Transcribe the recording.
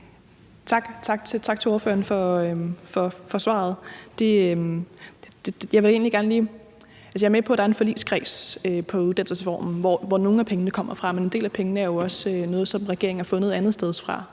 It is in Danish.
Tak til ordføreren for svaret. Jeg er med på, at der er en forligskreds på uddannelsesreformen, hvor nogle af pengene kommer fra, men en del af pengene er jo også nogle, som regeringen har fundet andetstedsfra.